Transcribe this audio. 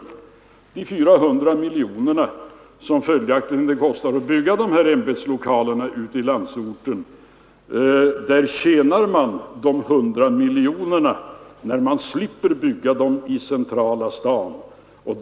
Med de 400 miljoner kronor som det kostar att bygga dessa ämbetslokaler ute i landsorten har man följaktligen tjänat in 100 miljoner tack vare att man slipper uppföra byggnaderna i centrala Stockholm.